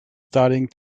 starting